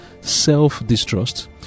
self-distrust